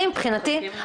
אני מבחינתי,